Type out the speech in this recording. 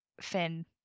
Finn